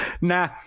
nah